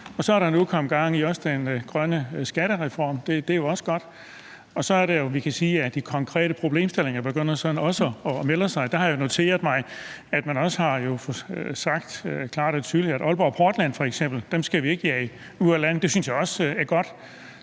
Så er der nu også kommet gang i den grønne skattereform, og det er jo også godt, og så er det jo, at vi kan sige, at de konkrete problemstillinger også begynder at melde sig. Der har jeg noteret mig, at man har sagt klart og tydeligt, at f.eks. Aalborg Portland skal vi ikke jage ud af landet, og det synes jeg også er godt.